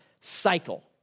cycle